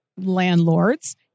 landlords